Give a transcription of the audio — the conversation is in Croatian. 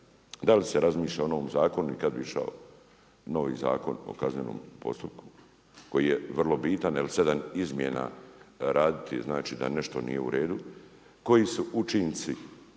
da li se razmišlja o onom zakonu i kad bi išao novi Zakon o kaznenom postupku koji je vrlo bitan, jer sedam izmjena raditi, znači da nešto nije u redu. Koji su učinci